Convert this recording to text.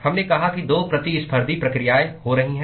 हमने कहा कि 2 प्रतिस्पर्धी प्रक्रियाएं हो रही हैं